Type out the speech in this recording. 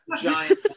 Giant